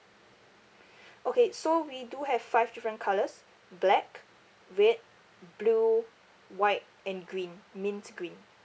okay so we do have five different colours black red blue white and green mint green